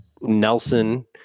Nelson